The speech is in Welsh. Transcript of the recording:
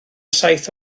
saith